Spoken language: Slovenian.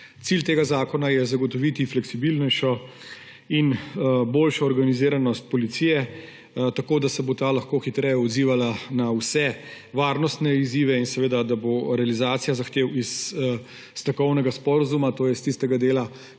Cilj tega zakona je zagotoviti fleksibilnejšo in boljšo organiziranost policije, tako da se bo ta lahko hitreje odzivala na vse varnostne izzive in da bo realizacija zahtev iz strokovnega sporazuma, to je iz tistega dela,